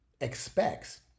expects